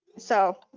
so,